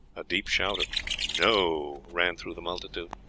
a deep shout of no! ran through the multitude.